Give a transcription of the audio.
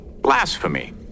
Blasphemy